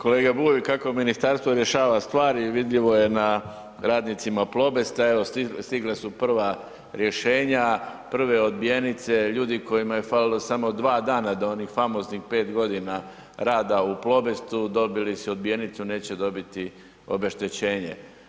Kolega Bulj, kako ministarstvo rješava stvari vidljivo je na radnicima Plobesta, evo stigle su prva rješenja, prve odbijenice, ljudi kojima je falilo samo 2 dana do onih famoznih 5 godina rada u Plobestu, dobili su odbijenicu neće dobiti obeštećenje.